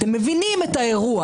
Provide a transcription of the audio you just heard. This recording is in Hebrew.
אתם הרי מבינים את האירוע.